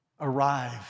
arrive